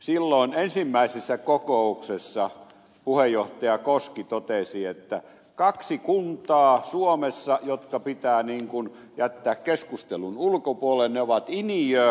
silloin ensimmäisessä kokouksessa puheenjohtaja koski totesi että kaksi kuntaa suomessa jotka pitää jättää keskustelun ulkopuolelle ovat iniö ja utsjoki